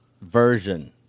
version